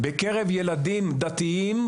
בקרב ילדים דתיים,